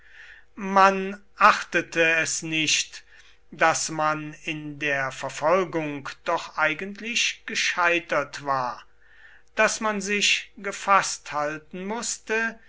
man achtete es nicht daß man in der verfolgung doch eigentlich gescheitert war daß man sich gefaßt halten mußte